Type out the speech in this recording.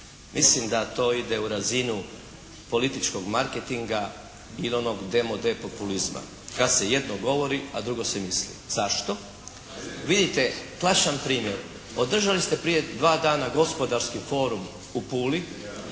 Mislim da to ide u razinu političkog marketinga i onog de mode populizma – kad se jedno govori, a drugo se misli. Zašto? Vidite, klasičan primjer. Održali ste prije dva dana gospodarski forum u Puli